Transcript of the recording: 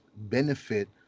benefit